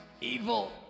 Evil